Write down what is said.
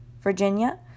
Virginia